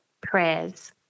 prayers